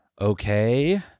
Okay